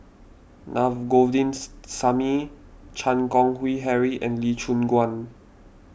Na Govindasamy Chan Keng Howe Harry and Lee Choon Guan